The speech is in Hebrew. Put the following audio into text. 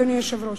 אדוני היושב-ראש,